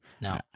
No